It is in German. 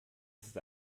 ist